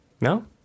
No